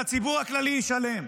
שהציבור הכללי ישלם?